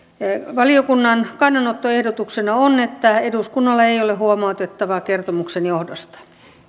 valiokunnan kannanottoehdotuksena on että eduskunnalla ei ole huomautettavaa kertomuksen johdosta